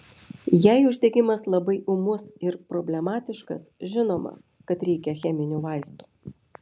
jei uždegimas labai ūmus ir problematiškas žinoma kad reikia cheminių vaistų